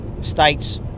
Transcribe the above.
states